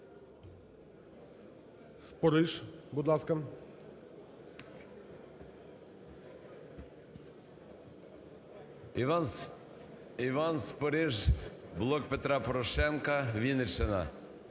Іван Спориш, "Блок Петра Порошенка", Вінниччина.